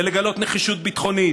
ולגלות נחישות ביטחונית,